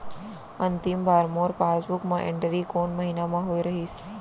अंतिम बार मोर पासबुक मा एंट्री कोन महीना म होय रहिस?